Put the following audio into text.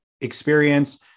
experience